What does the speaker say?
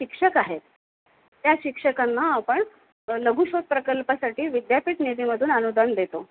शिक्षक आहे त्या शिक्षकांना आपण लघुशोध प्रकल्पासाठी विद्यापीठ निधीमधून अनुदान देतो